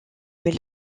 mais